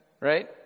right